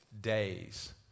days